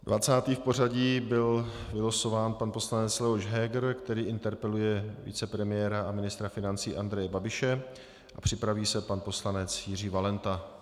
Dvacátý v pořadí byl vylosován pan poslanec Leoš Heger, který interpeluje vicepremiéra a ministra financí Andreje Babiše, a připraví se pan poslanec Jiří Valenta.